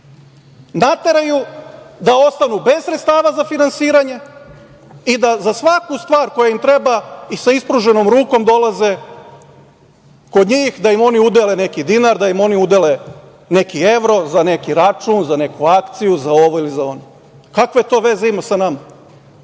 nateraju da ostanu bez sredstava za finansiranje i da za svaku stvar koja im treba i sa ispruženom rukom dolaze kod njih da im oni udele neki dinar, da im oni udele neki evro za neki račun, za neku akciju, za ono ili za ovo. Kakve to veze ima sa nama?